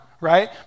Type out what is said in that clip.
right